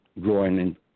growing